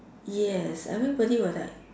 yes everybody will like